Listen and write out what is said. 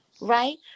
right